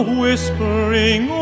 whispering